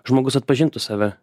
žmogus atpažintų save